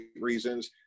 reasons